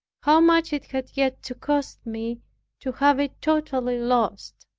how much it had yet to cost me to have it totally lost.